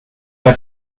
der